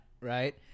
Right